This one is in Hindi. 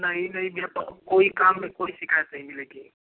नाही नहीं भैया कोई काम में कोई शिकायत नहीं मिलेगी